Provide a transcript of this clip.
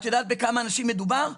את יודעת בכמה אנשים מדובר?